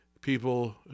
people